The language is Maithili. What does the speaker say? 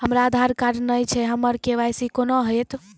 हमरा आधार कार्ड नई छै हमर के.वाई.सी कोना हैत?